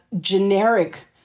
generic